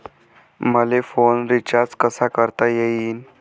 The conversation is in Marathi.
मले फोन रिचार्ज कसा करता येईन?